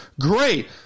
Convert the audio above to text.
Great